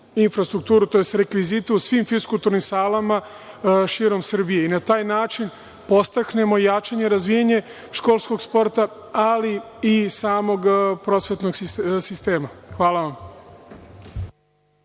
infrastrukturu, tj. rekvizite u svim fiskulturnim salama širom Srbije. Na taj način ćemo da podstaknemo jačanje i razvijanje školskog sporta, ali i samog prosvetnog sistema. Hvala vam.